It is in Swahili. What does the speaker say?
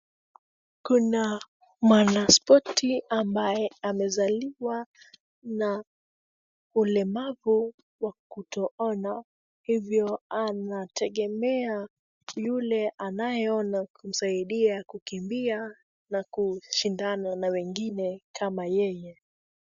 Kuna mwanaspoti ambaye amezaliwa na ulemavu wa kutoona, hivyo anategemea yule anayeona kumsaidia kukimbia na kushindana na wengine kama yeye.